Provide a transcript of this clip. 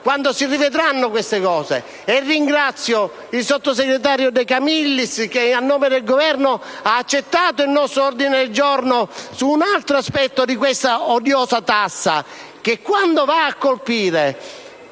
quando si rivedranno queste tematiche. Ringrazio il sottosegretario De Camillis che, a nome del Governo, ha accolto il nostro ordine del giorno G1.100 (testo 2) su un altro aspetto di questa odiosa tassa, che, quando va a colpire